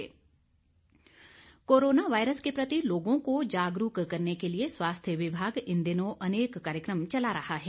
corona virus corona virus के प्रति लोगों को जागरूक करने के लिए स्वास्थ्य विभाग इन दिनों अनेक कार्यक्रम चला रहा है